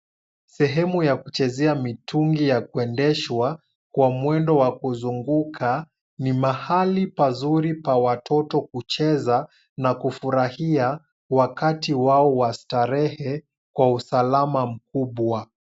Sehemu ya kuchezea mitungi ya kuendeshwa kwa mwendo wa kuzunguka, ni mahali pazuri pa watoto kucheza na kufurahia wakati wao wa starehe kwa usalama mkubwa.